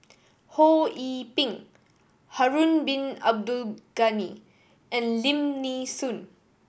Ho Yee Ping Harun Bin Abdul Ghani and Lim Nee Soon